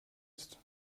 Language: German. ist